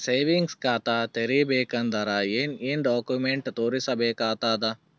Savings ಖಾತಾ ತೇರಿಬೇಕಂದರ ಏನ್ ಏನ್ಡಾ ಕೊಮೆಂಟ ತೋರಿಸ ಬೇಕಾತದ?